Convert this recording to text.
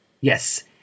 Yes